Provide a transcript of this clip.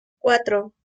cuatro